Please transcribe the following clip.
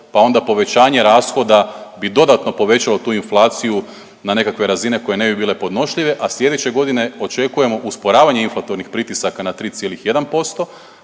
pa onda povećanje rashoda bi dodatno povećalo tu inflaciju na nekakve razine koje ne bi bile podnošljive, a sljedeće godine očekujemo usporavanje inflatornih pritisaka na 3,1%,